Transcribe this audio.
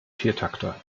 viertakter